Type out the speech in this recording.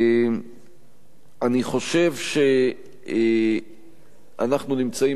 אני חושב שאנחנו נמצאים,